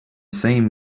same